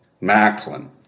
Macklin